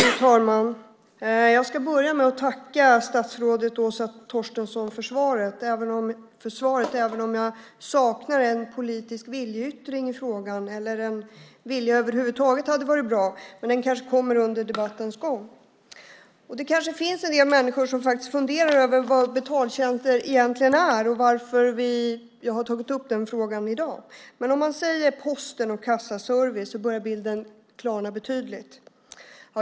Fru talman! Jag ska börja med att tacka statsrådet Åsa Torstensson för svaret även om jag saknar en politisk viljeyttring i frågan. En vilja över huvud taget hade varit bra, men den kanske kommer under debattens gång. Det kanske finns en del människor som faktiskt funderar över vad betaltjänster egentligen är och varför jag har tagit upp den frågan i dag. Men om man säger Posten och Svensk kassaservice klarnar bilden betydligt.